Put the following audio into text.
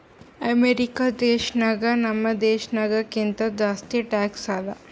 America ದೇಶನಾಗ್ ನಮ್ ದೇಶನಾಗ್ ಕಿಂತಾ ಜಾಸ್ತಿ ಟ್ಯಾಕ್ಸ್ ಅದಾ